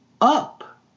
up